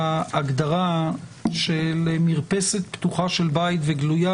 ההגדרה של מרפסת פתוחה של בית וגלויה